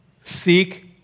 Seek